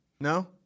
No